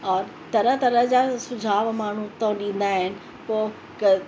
और तरह तरह जाम सुझाव माण्हू उतां ॾींदा आहिनि पोइ क